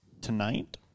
tonight